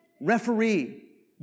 referee